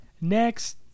next